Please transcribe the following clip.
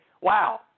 wow